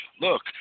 Look